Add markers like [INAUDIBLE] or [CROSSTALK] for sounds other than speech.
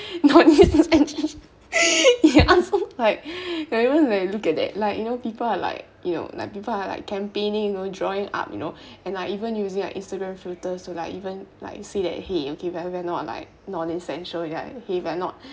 [LAUGHS] like you know even look at that like you know people are like you know now people are like campaigning or drawing art you know and like even using like instagram filters so that even like say that !hey! okay w~ we are not like non-essential !hey! we're not